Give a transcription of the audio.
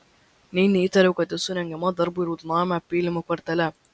nė neįtariau kad esu rengiama darbui raudonajame pylimų kvartale